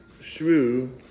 Shrew